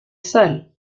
sal